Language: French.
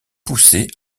poussées